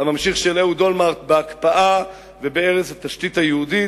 הממשיך של אהוד אולמרט בהקפאה ובהרס התשתית היהודית.